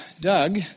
Doug